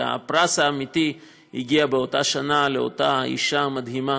והפרס האמיתי הגיע באותה שנה לאותה אישה מדהימה,